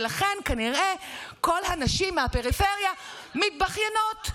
ולכן כנראה כל הנשים מהפריפריה מתבכיינות.